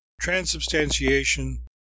transubstantiation